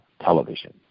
television